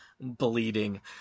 bleeding